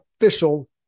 official